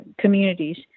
communities